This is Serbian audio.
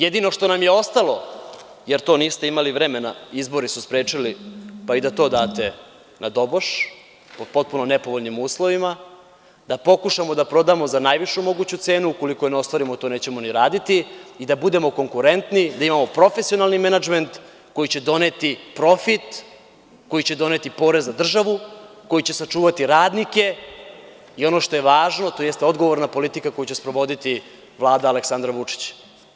Jedino što nam je ostalo, jer to niste imali vremena, izbori su sprečili da i to date na doboš po potpuno nepovoljnim uslovima, je da pokušamo da prodamo za najvišu moguću cenu, ukoliko je ne ostvarimo to nećemo ni raditi, i da budemo konkurentni, da imamo profesionalni menadžment koji će doneti profit, koji će doneti porez za državu, koji će sačuvati radnike i ono što je važno, to jeste odgovorna politika koju će sprovoditi Vlada Aleksandra Vučića.